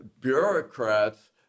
bureaucrats